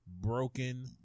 broken